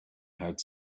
had